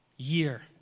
year